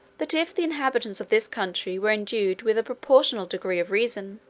that if the inhabitants of this country were endued with a proportionable degree of reason,